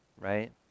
right